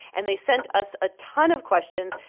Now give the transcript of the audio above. and they sent us a ton of questions,